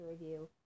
review